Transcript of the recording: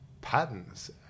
patterns